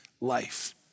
life